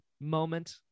moment